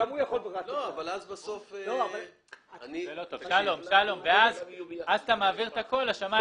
אז אתה מעביר הכול לשמאי הממשלתי.